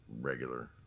regular